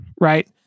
right